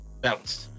Balanced